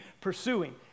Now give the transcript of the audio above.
pursuing